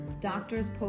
doctors